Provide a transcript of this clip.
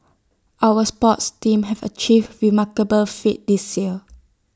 our sports teams have achieved remarkable feats this year